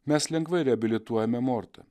mes lengvai reabilituojame mortą